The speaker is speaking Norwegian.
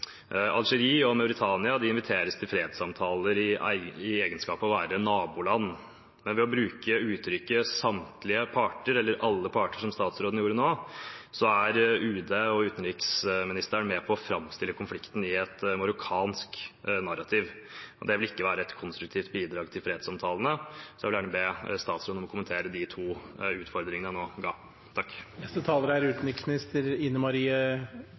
og Mauritania inviteres til fredssamtaler i egenskap av å være naboland, men ved å bruke uttrykket «alle parter», som utenriksministeren gjorde nettopp, er UD og utenriksministeren med på å framstille konflikten i et marokkansk narrativ. Det vil ikke være et konstruktivt bidrag til fredssamtalene. Jeg vil gjerne be utenriksministeren kommentere de to utfordringene jeg nå ga. Først vil jeg si at jeg er